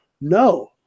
no